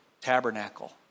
tabernacle